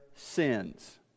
sins